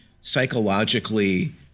psychologically